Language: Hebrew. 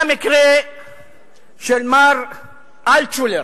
היה מקרה של מר אלטשולר.